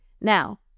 Now